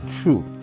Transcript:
true